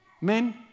Men